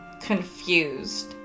confused